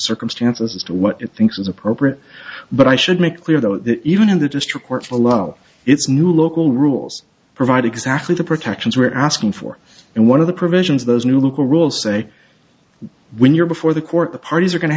circumstances as to what it thinks is appropriate but i should make clear though that even in the district courts below it's new local rules provide exactly the protections we're asking for and one of the provisions those new local rules say when you're before the court the parties are going to